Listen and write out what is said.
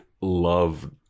love